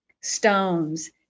stones